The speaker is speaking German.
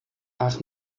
ach